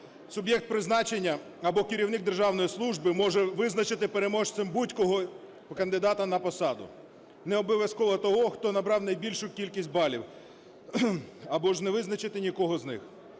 суб'єкт призначення або керівник державної служби може визначити переможцем будь-якого кандидата на посаду, не обов'язково того, хто набрав найбільшу кількість балів, або ж не визначити нікого з них.